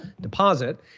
deposit